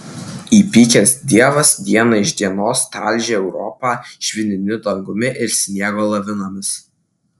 įpykęs dievas diena iš dienos talžė europą švininiu dangumi ir sniego lavinomis